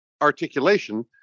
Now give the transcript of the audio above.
articulation